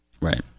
Right